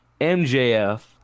MJF